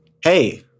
Hey